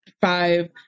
five